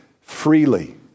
freely